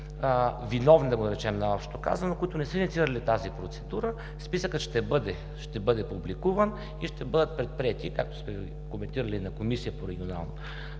„виновни“ най общо казано, които не са инициирали тази процедура. Списъкът ще бъде публикуван и ще бъдат предприети мерки, както сме коментирали и в Комисията по регионална